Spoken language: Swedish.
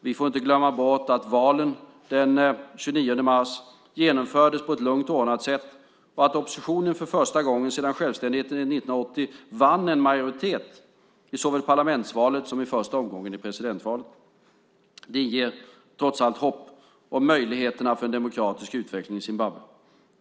Vi får inte glömma bort att valet den 29 mars genomfördes på ett lugnt och ordnat sätt och att oppositionen för första gången sedan självständigheten 1980 vann en majoritet i såväl parlamentsvalet som första omgången i presidentvalet. Det inger trots allt hopp om möjligheterna för en demokratisk utveckling i Zimbabwe.